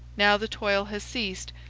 now the toil has ceased,